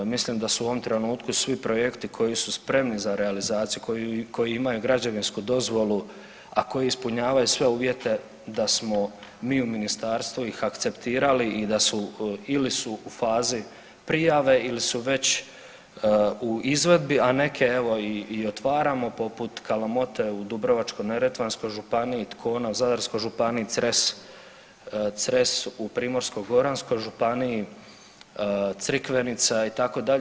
Mislim da su u ovom trenutku svi projekti koji su spremni za realizaciju, koji imaju građevinsku dozvolu, a koji ispunjavaju sve uvjete da smo mi u ministarstvu ih akceptirali i da su ili su u fazi prijave ili su već u izvedbi, ali neke evo i otvaramo poput Kalamote u Dubrovačko-neretvanskoj županiji, Tkona u Zadarskoj županiji, Cres, Cres u Primorsko-goranskoj županiji, Crikvenica itd.